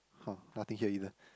!huh! nothing here either